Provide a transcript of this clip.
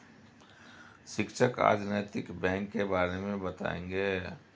शिक्षक आज नैतिक बैंक के बारे मे बताएँगे